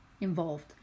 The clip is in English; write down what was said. involved